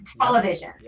television